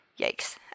Yikes